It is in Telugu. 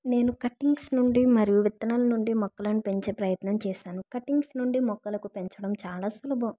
నేను కటింగ్స్ నుండి మరియు విత్తనాల నుండి మొక్కలను పెంచే ప్రయత్నం చేశాను కటింగ్స్ నుండి మొక్కలకు పెంచడం చాలా సులభం